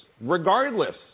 regardless